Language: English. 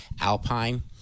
Alpine